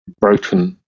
broken